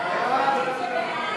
מענקי בינוי ושיכון,